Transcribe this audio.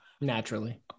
Naturally